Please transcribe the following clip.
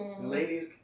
Ladies